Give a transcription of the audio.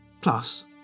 Plus